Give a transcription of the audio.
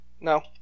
No